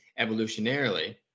evolutionarily